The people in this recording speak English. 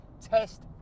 test